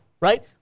right